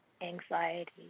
anxiety